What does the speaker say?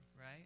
right